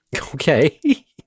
Okay